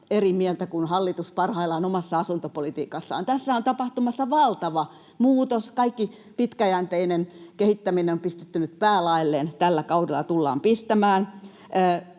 eri mieltä kuin hallitus parhaillaan omassa asuntopolitiikassaan. Tässä on tapahtumassa valtava muutos: kaikki pitkäjänteinen kehittäminen on pistetty nyt päälaelleen, tällä kaudella tullaan pistämään.